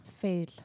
Fail